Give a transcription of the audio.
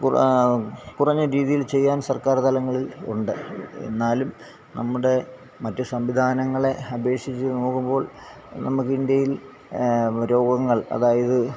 കുറ കുറഞ്ഞ രീതിയിൽ ചെയ്യാൻ സർക്കാർ തലങ്ങളിൽ ഉണ്ട് എന്നാലും നമ്മുടെ മറ്റ് സംവിധാനങ്ങളെ അപേക്ഷിച്ച് നോക്കുമ്പോൾ നമുക്ക് ഇന്ത്യയിൽ രോഗങ്ങൾ അതായത്